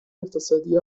اقتصادی